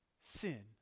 Sin